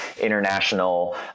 international